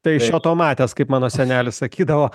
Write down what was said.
tai šio to matęs kaip mano senelis sakydavo